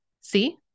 See